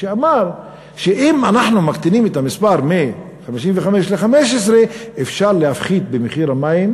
כשאמר שאם אנחנו מקטינים את המספר מ-55 ל-15 אפשר להפחית במחיר המים,